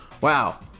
Wow